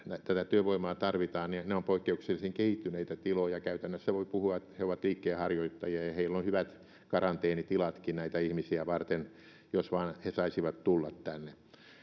tätä työvoimaa tarvitaan ovat poikkeuksellisen kehittyneitä tiloja käytännössä voi puhua että he ovat liikkeenharjoittajia ja heillä on hyvät karanteenitilatkin näitä ihmisiä varten jos vain he saisivat tulla tänne